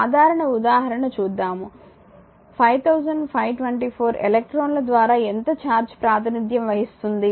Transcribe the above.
సాధారణ ఉదాహరణ చూద్దాము 5524 ఎలక్ట్రాన్ల ద్వారా ఎంత ఛార్జ్ ప్రాతినిధ్యం వహిస్తుంది